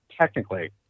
Technically